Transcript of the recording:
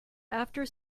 after